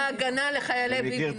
צבא ההגנה לחיילי ביבי נתניהו.